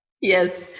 Yes